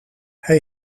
hij